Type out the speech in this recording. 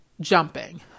jumping